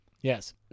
Yes